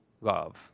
love